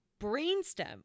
brainstem